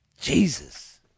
Jesus